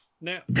now